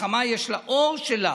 לחמה יש אור שלה.